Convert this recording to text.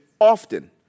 often